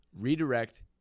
redirect